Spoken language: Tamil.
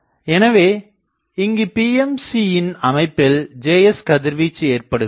எனவே இங்கு PMC யின் அமைப்பில் Js கதிர்வீச்சை ஏற்படுத்துகிறது